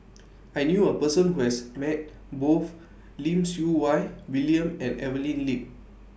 I knew A Person Who has Met Both Lim Siew Wai William and Evelyn Lip